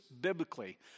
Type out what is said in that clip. biblically